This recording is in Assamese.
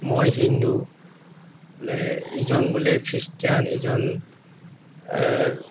মই হিন্দু বোলে ইজন বোলে খ্ৰীষ্টান ইজন